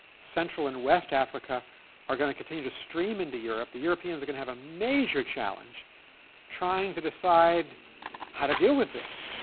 central and west africa are going to continue to stream into europe. the europeans are going to have a major challenge trying to decide how to deal with this.